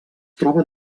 troba